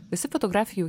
visi fotografijų